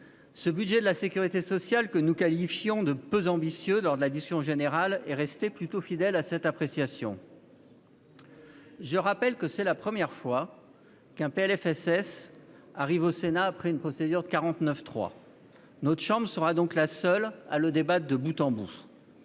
ce budget de la sécurité sociale, que nous qualifiions de « peu ambitieux » lors de la discussion générale, est resté plutôt fidèle à cette appréciation. Je rappelle que c'est la première fois qu'un PLFSS arrive au Sénat après une procédure de 49.3. Notre chambre sera donc la seule à débattre de ce texte